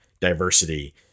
diversity